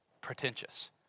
pretentious